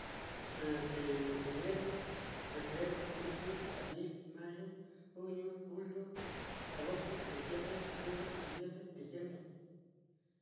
Este enero, febrero, marzo, abril, mayo junio, julio, agosto, setiembre, otubre, noviembre, diciembre.